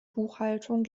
buchhaltung